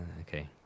Okay